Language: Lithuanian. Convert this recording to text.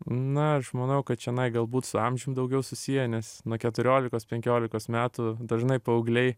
na aš manau kad čionai galbūt su amžium daugiau susiję nes nuo keturiolikos penkiolikos metų dažnai paaugliai